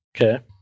Okay